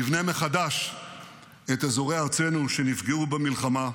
נבנה מחדש את אזורי ארצנו שנפגעו במלחמה,